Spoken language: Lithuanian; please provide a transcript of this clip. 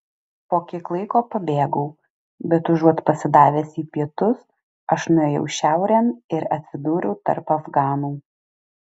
po kiek laiko pabėgau bet užuot pasidavęs į pietus aš nuėjau šiaurėn ir atsidūriau tarp afganų